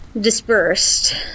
dispersed